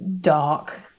dark